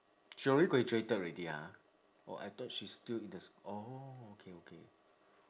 joey graduated already ah oh I thought she's still in the oh okay okay